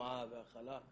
ההטמעה וההכלה.